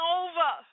over